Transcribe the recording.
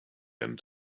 and